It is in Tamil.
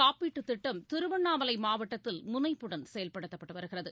காப்பீட்டுகிட்டம் பிரகமரின் திருவண்ணாமலைமாவட்டத்தில் முனைப்புடன் செயல்படுத்தப்பட்டுவருகிறது